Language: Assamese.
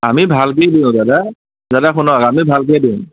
আমি ভালকে দিওঁ দাদা দাদা শুনক আমি ভালকে দিওঁ